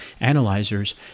analyzers